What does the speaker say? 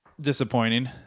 disappointing